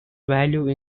value